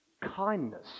kindness